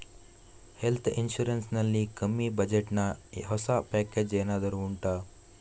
health insurance ನಲ್ಲಿ ಕಮ್ಮಿ budget ನ ಹೊಸ ಪ್ಯಾಕೇಜ್ ಏನಾದರೂ ಉಂಟಾ